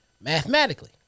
mathematically